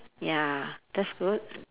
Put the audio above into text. ya that's good